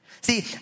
See